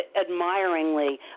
admiringly